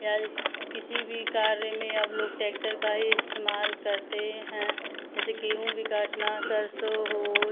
या किसी भी कार्य में अब लोग टैक्टर का ही इस्तेमाल करते हैं जैसे गेहूँ भी काटना सरसों हो